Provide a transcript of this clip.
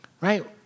right